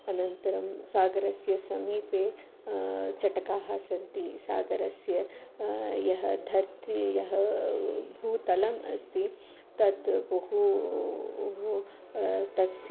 अनन्तरं सागरस्य समीपे चटकाः सन्ति सागरस्य यः धर्ति यः भूतलम् अस्ति तत् बहु तस्य